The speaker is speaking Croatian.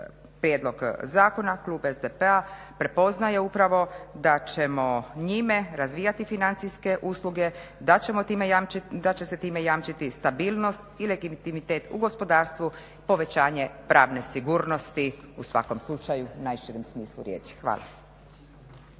prijedlog zakona klub SDP-a prepoznaje upravo da ćemo njime razvijati financijske usluge, da ćemo time jamčiti, da će se time jamčiti stabilnost i legitimitet u gospodarstvu, povećanje pravne sigurnosti u svakom slučaju u najširem smislu riječi. Hvala.